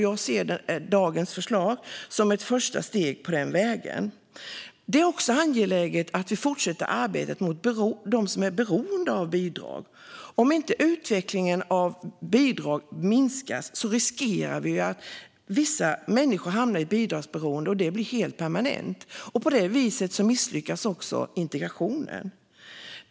Jag ser dagens förslag som ett första steg på den vägen. Det är också angeläget att vi fortsätter arbetet när det gäller dem som är beroende av bidrag. Om inte utvecklingen av bidrag bromsas riskerar vi att vissa människor hamnar i bidragsberoende och att detta blir helt permanent. På det viset misslyckas också integrationen.